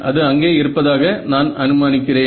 அது அங்கே இருப்பதாக நான் அனுமானிக்கிறேன்